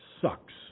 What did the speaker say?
sucks